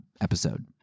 episode